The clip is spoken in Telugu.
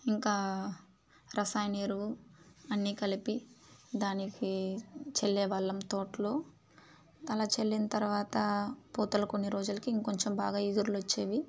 ఇంకా రసాయన ఎరువు అన్నీ కలిపి దానికి చల్లే వాళ్ళం తోట్లో అలా చల్లిన తర్వాత పూతల కొన్ని రోజులకి ఇంకొంచెం బాగా ఇగుర్లు వచ్చేవి